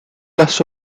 las